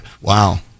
Wow